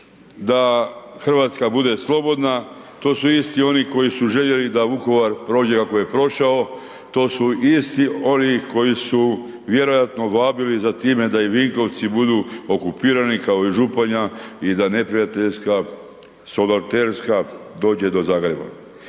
da RH bude slobodna, to su isti oni koji su željeli da Vukovar prođe kako je prošao, to su isti oni koji su vjerojatno vabili za time da i Vinkovci budu okupirani, kao i Županja i da neprijateljska saboterska dođe do Zagreba.